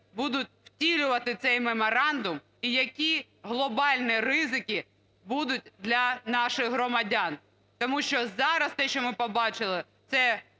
будуть втілювати цей Меморандум і які глобальні ризики будуть для наших громадян. Тому що зараз те, що ми побачили, це